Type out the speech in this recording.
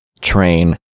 train